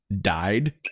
died